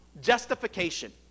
justification